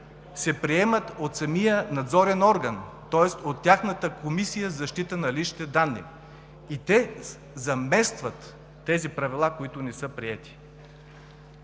се приемат от самия надзорен орган, тоест от тяхната Комисия за защита на личните данни и те заместват тези правила, които не са приети.